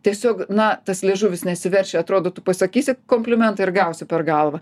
tiesiog na tas liežuvis nesiverčia atrodo tu pasakysi komplimentą ir gausi per galvą